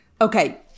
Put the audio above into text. Okay